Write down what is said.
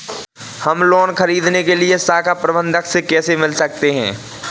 हम लोन ख़रीदने के लिए शाखा प्रबंधक से कैसे मिल सकते हैं?